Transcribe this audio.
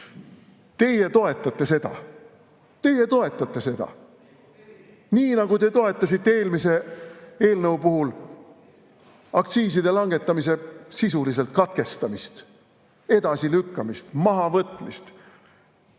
Teie toetate seda. Teie toetate seda! Nii, nagu te toetasite eelmise eelnõu puhul aktsiiside langetamise sisuliselt katkestamist, edasilükkamist, mahavõtmist.